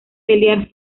pelear